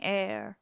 air